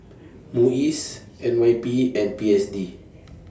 Muis N Y P and P S D